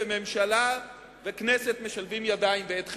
ממשלה וכנסת משלבים ידיים בעת חירום.